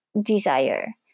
desire